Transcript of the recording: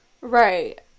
Right